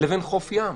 לבין חוף ים?